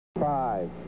five